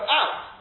out